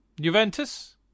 Juventus